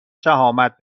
شهامت